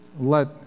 let